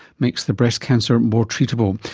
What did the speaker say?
makes the breast cancer more treatable.